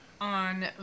on